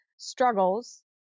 Struggles